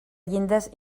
llindes